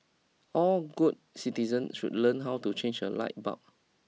all good citizen should learn how to change a light bulb